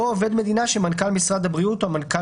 (2) עובד מדינה שמנכ"ל משרד הבריאות או מנכ"ל